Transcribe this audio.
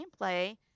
gameplay